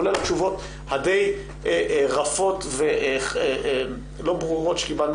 כולל התשובות הדיי רפות ולא ברורות שקיבלנו